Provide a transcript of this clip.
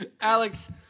Alex